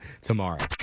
tomorrow